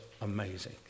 amazing